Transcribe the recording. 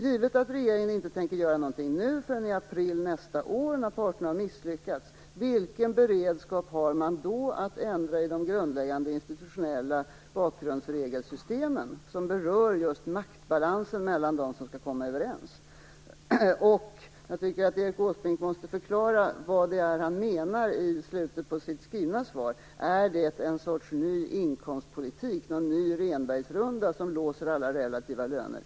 Givet att regeringen inte tänker göra någonting förrän i april nästa år, när parterna har misslyckats: Vilken beredskap har man då att ändra i de grundläggande institutionella bakgrundsregelsystemen, som berör just maktbalansen mellan dem som skall komma överens? Erik Åsbrink måste förklara vad han menar i slutet av sitt skrivna svar: Är det en sorts ny inkomstpolitik, någon ny Rehnbergsrunda, som låser alla relativa löner?